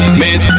miss